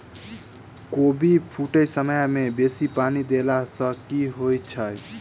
कोबी फूटै समय मे बेसी पानि देला सऽ की होइ छै?